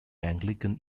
anglican